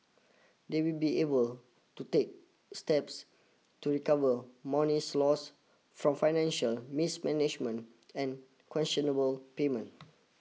they will be able to take steps to recover monies lost from financial mismanagement and questionable payment